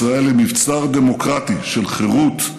ישראל היא מבצר דמוקרטי של חירות,